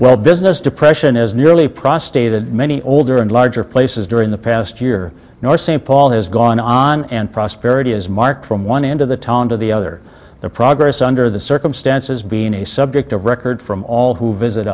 well business depression is nearly prostate in many older and larger places during the past year north st paul has gone on and prosperity has marked from one end of the town to the other the progress under the circumstances being a subject of record from all who visit